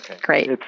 Great